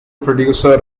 producer